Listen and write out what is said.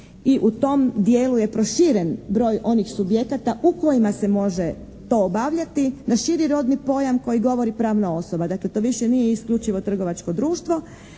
i u tom dijelu je proširen broj onih subjekata u kojima se može to obavljati na širi rodni pojam koji govori pravna osoba. Dakle to više nije isključivo trgovačko društvo,